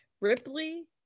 Ripley